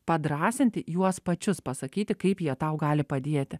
padrąsinti juos pačius pasakyti kaip jie tau gali padėti